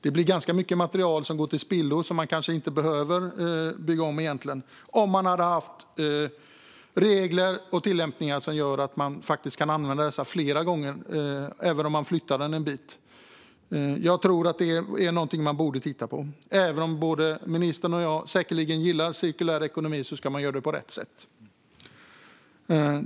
Det blir ganska mycket material som går till spillo. Det hade kanske inte behövts om det funnits regler och tillämpningar som gör att man kan använda dessa moduler flera gånger även om man flyttar dem en bit. Jag tror att det är något vi borde titta på. Även om jag och säkerligen också ministern gillar cirkulär ekonomi ska man göra på rätt sätt.